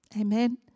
Amen